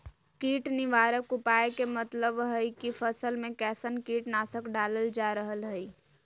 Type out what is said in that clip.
कीट निवारक उपाय के मतलव हई की फसल में कैसन कीट नाशक डालल जा रहल हई